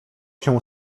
się